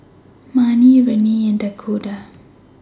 Marnie Renea and Dakoda